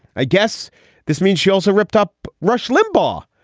i guess this means she also ripped up rush limbaugh,